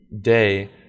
day